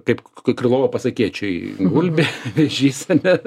kaip krylovo pasakėčioj gulbė vėžys ane